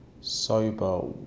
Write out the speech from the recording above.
sober